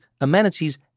amenities